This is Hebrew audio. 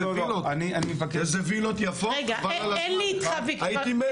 איזה וילות יפות יש להם,